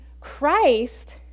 christ